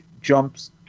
jumps